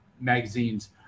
magazines